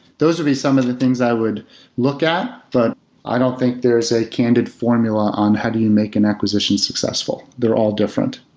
those would be some of the things i would look at, but i don't think there is a candid formula on how do you make an acquisition successful. they're all different.